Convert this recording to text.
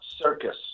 Circus